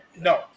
no